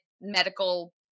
Medical